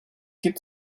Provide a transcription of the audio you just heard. gibt